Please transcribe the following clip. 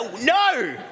no